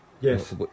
Yes